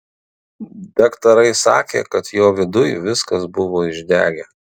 daktarai sakė kad jo viduj viskas buvo išdegę